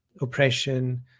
oppression